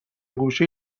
گوشه